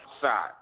side